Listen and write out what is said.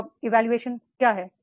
job evolution क्या है